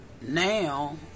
now